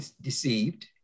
deceived